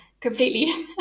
Completely